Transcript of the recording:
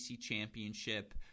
championship